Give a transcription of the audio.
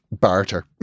Barter